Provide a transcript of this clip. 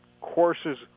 courses